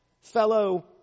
Fellow